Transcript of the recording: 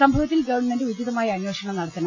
സംഭവ ത്തിൽ ഗവൺമെന്റ് ഉചിതമായ അന്വേഷണം നടത്തണം